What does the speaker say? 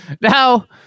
Now